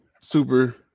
Super